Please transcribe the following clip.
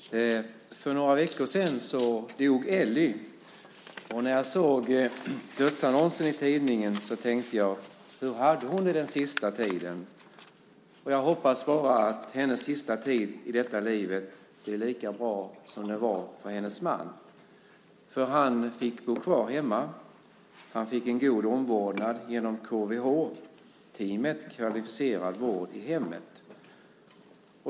Herr talman! För några veckor sedan dog Elly. När jag såg dödsannonsen i tidningen tänkte jag: Hur hade hon det den sista tiden? Jag hoppas att hennes sista tid i detta livet blev lika bra som den var för hennes man. Han fick bo kvar hemma. Han fick en god omvårdnad genom KVH, teamet Kvalificerad vård i hemmet.